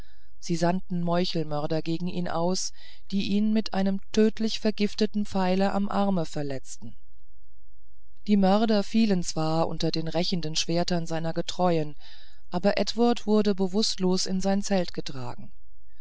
sie sandten meuchelmörder gegen ihn aus die ihn mit einem tödlich vergifteten pfeile am arme verletzten die mörder fielen zwar unter den rächenden schwertern seiner getreuen aber eduard ward bewußtlos in sein zelt getragen